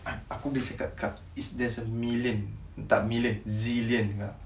aku boleh cakap kak is there's a million tak million zillion kak